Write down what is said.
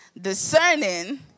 discerning